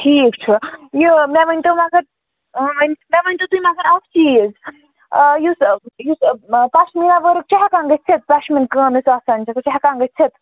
ٹھیٖک چھُ یہِ مےٚ ؤنۍ تَو مگرن مےٚ ؤنۍ تو تُہۍ مگر اَکھ چیٖز یُس یُس پَشمیا ورٕق چھِ ہٮ۪کان گٔژھِتھ پَشمیٖن کٲم یۄس آسان چھِ سُہ چھِ ہٮ۪کان گٔژھِتھ